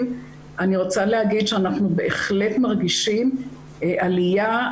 אני רוצה להגיד שאנחנו בהחלט מרגישים עלייה,